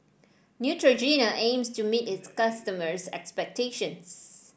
Neutrogena aims to meet its customers' expectations